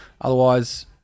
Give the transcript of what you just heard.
Otherwise